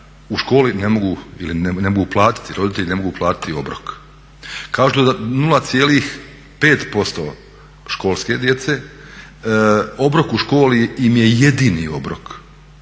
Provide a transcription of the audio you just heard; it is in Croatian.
u školi ne mogu platiti, roditelji ne mogu platiti obrok. Kao što 0,05% školske djece obrok u školi im je jedini obrok.